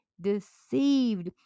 deceived